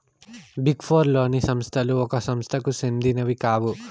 big four లోని సంస్థలు ఒక సంస్థకు సెందినవి కావు